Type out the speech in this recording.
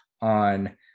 on